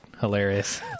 hilarious